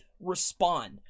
respond